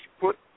put